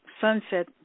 Sunset